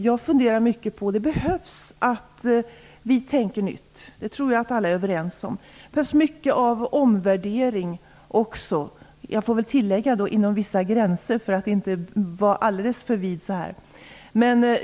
Jag tror att alla är överens om att vi behöver tänka nytt. Det behövs också mycket av omvärdering - jag får väl för att inte sträcka mig för långt tillägga: inom vissa gränser.